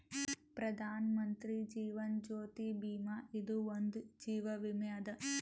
ಪ್ರಧಾನ್ ಮಂತ್ರಿ ಜೀವನ್ ಜ್ಯೋತಿ ಭೀಮಾ ಇದು ಒಂದ ಜೀವ ವಿಮೆ ಅದ